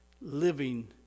living